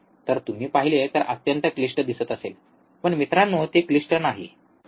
जर तुम्ही पहिले तर अत्यंत क्लिष्ट दिसत असेल पण मित्रांनो ते क्लिष्ट नाही